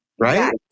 right